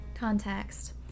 context